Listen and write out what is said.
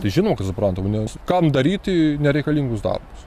tai žinoma aš suprantama nes kam daryti nereikalingus darbus